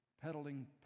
peddling